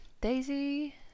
daisy